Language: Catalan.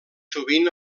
sovint